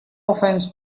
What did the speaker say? offense